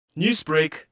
Newsbreak